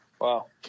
Wow